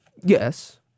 Yes